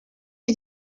iki